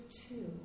two